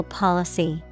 policy